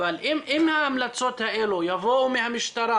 אבל אם ההמלצות האלה יבואו מהמשטרה